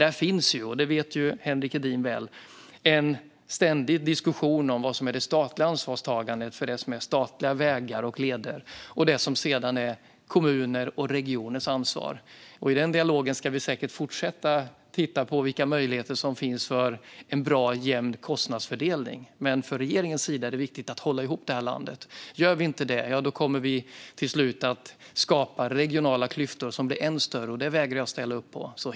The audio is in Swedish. Det förs ju, som Henrik Edin väl vet, en ständig diskussion om vad som är det statliga ansvarstagandet för statliga vägar och leder och vad som sedan är kommuners och regioners ansvar. I den dialogen ska vi säkert fortsätta att titta på vilka möjligheter som finns för en bra och jämn kostnadsfördelning. Men för regeringen är det viktigt att hålla ihop det här landet. Gör vi inte det kommer vi till slut att skapa regionala klyftor som blir än större, och det vägrar jag ställa upp på.